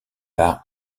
par